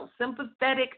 sympathetic